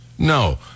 No